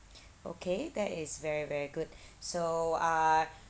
okay that is very very good so uh